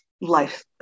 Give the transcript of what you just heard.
life